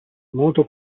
molto